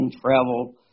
travel